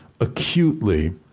acutely